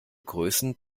größen